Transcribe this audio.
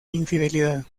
infidelidad